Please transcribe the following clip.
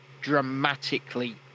dramatically